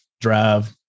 Drive